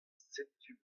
setu